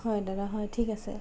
হয় দাদা হয় ঠিক আছে